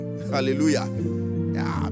hallelujah